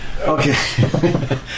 Okay